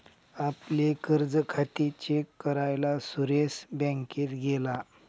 आपले कर्ज खाते चेक करायला सुरेश बँकेत गेला